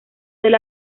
del